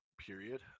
Period